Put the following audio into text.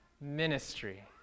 Ministry